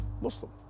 Muslim